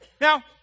Now